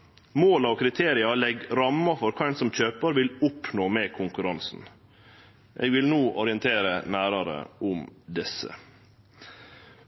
mål med kjøpet og tildelingskriterium. Måla og kriteria legg ramma for kva ein som kjøpar vil oppnå med konkurransen. Eg vil no orientere nærare om desse.